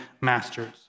masters